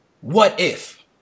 what-if